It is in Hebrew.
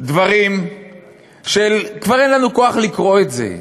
דברים שכבר אין לנו כוח לקרוא את זה,